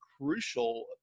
crucial